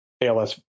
ALS